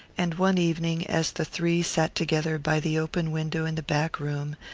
and one evening, as the three sat together by the open window in the back room,